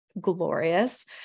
Glorious